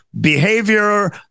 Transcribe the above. behavior